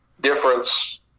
difference